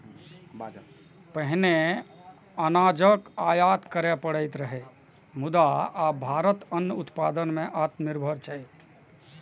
पहिने अनाजक आयात करय पड़ैत रहै, मुदा आब भारत अन्न उत्पादन मे आत्मनिर्भर छै